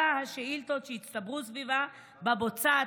השאילתות שהצטברו סביבה בבוצה הטובענית,